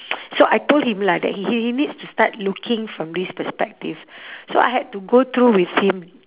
so I told him lah that he he he needs to start looking from this perspective so I had to go through with him